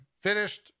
finished